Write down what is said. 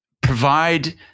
provide